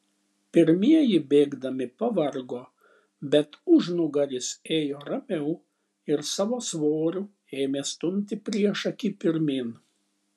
pirmieji bėgdami pavargo bet užnugaris ėjo ramiau ir savo svoriu ėmė stumti priešakį pirmyn